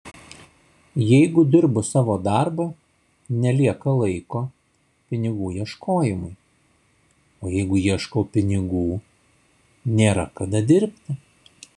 jeigu dirbu savo darbą nelieka laiko pinigų ieškojimui o jeigu ieškau pinigų nėra kada dirbti